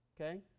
Okay